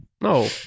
No